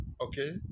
Okay